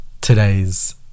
today's